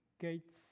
Gates